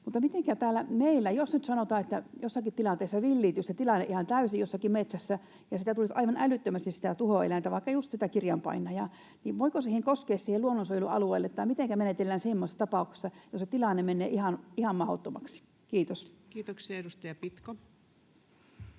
täällä meillä: jos nyt sanotaan, että jossakin tilanteessa villiintyisi se tilanne ihan täysin jossakin metsässä ja tulisi aivan älyttömästi sitä tuhoeläintä, vaikka just sitä kirjanpainajaa, niin voiko siihen luonnonsuojelualueeseen koskea, tai mitenkä menetellään semmoisessa tapauksessa, jos se tilanne menee ihan mahdottomaksi? — Kiitos. [Speech 117]